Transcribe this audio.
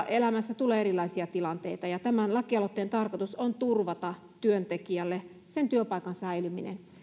elämässä tulee erilaisia tilanteita ja tämän lakialoitteen tarkoitus on turvata työntekijälle sen työpaikan säilyminen